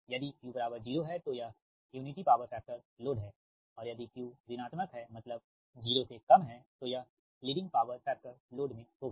यदि Q 0 है तो यह यूनिटी पॉवर फैक्टर लोड है और यदि Q ऋणात्मक है मतलब 0 से कम है तो यह लीडिंग पावर फैक्टर लोड में होगा